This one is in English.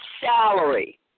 salary